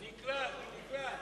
נקלט, נקלט.